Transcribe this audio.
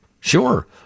Sure